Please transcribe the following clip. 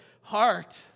heart